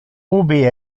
ubi